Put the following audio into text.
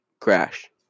crash